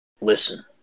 Listen